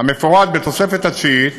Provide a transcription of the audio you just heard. המפורט בתוספת התשיעית,